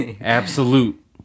absolute